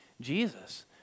Jesus